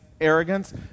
arrogance